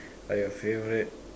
are your favorite